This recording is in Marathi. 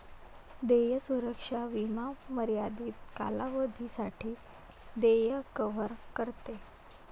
देय सुरक्षा विमा मर्यादित कालावधीसाठी देय कव्हर करते